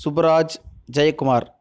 Subbaraj Jayakumar